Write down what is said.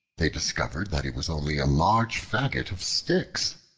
they discovered that it was only a large faggot of sticks,